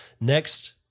Next